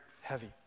heavy